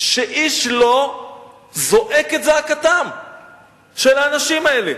שאיש לא זועק את זעקתם של האנשים האלה.